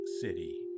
city